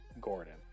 Gordon